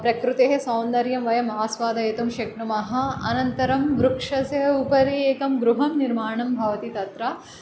प्रकृतेः सौन्दर्यम् वयम् आस्वादययितुं शक्नुमः अनन्तरं वृक्षस्य उपरी एकं गृहं निर्माणं भवति तत्र